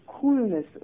coolness